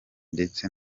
ndetse